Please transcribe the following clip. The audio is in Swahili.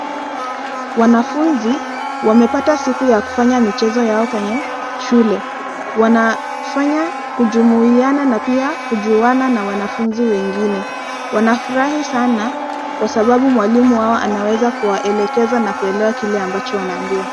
Wanafunzi wamepata siku ya kufanya michezo yao kwenye shule. Wanafanya kujumuiana na pia kujuana na wanafunzi wengine. Wanafurahi sana kwa sababu mwalimu wao anaweza kuwaelekeza na kuelewa kile ambacho wanaambiwa.